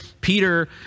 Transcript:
Peter